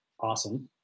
awesome